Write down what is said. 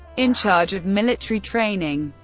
in charge of military training.